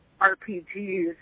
RPGs